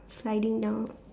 sliding down